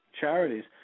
charities